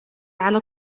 على